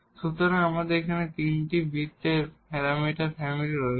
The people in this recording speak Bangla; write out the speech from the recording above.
সুতরাং এখানে 3টি বৃত্তের প্যারামিটার ফ্যামিলি রয়েছে